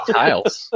tiles